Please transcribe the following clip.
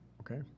Okay